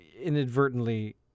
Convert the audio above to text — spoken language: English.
inadvertently